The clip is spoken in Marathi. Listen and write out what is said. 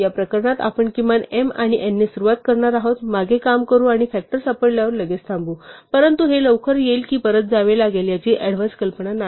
या प्रकरणात आपण किमान m आणि n ने सुरुवात करणार आहोत मागे काम करू आणि फ़ॅक्टर सापडल्यावर लगेच थांबू परंतु हे लवकर येईल की परत जावे लागेल याची ऍडव्हान्स कल्पना नाही